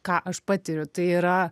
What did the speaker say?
ką aš patiriu tai yra